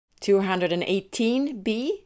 218B